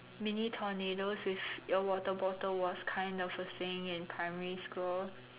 mini tornadoes with your water bottle was kind of a thing in primary school